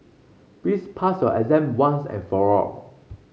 please pass your exam once and for all